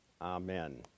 amen